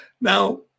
Now